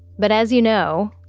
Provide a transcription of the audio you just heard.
but as you know,